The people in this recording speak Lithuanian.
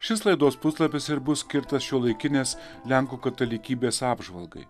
šis laidos puslapis ir bus skirtas šiuolaikinės lenkų katalikybės apžvalgai